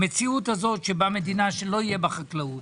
המציאות הזאת שבה מדינה שלא תהיה בה חקלאות